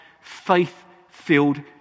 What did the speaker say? faith-filled